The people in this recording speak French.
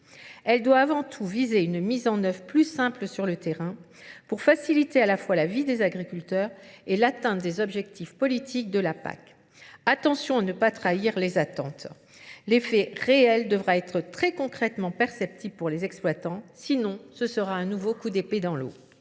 Elle doit avant tout viser une mise en œuvre plus simple sur le terrain pour faciliter à la fois la vie des agriculteurs et l'atteinte des objectifs politiques de la PAC. Attention à ne pas trahir les attentes. L'effet réel devra être très concrètement perceptible pour les exploitants. sinon ce sera un nouveau coup d'épée dans l'eau.